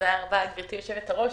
תודה רבה, גברתי היושבת-ראש.